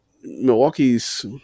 Milwaukee's